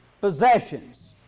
possessions